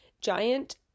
giant